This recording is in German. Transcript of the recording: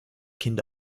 kind